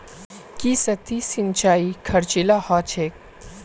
की सतही सिंचाई खर्चीला ह छेक